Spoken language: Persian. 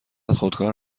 خودکار